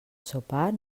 sopar